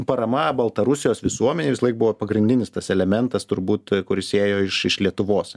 parama baltarusijos visuomenei visąlaik buvo pagrindinis tas elementas turbūt kuris ėjo iš iš lietuvos